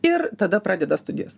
ir tada pradeda studijas